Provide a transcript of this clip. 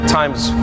times